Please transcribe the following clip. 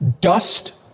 Dust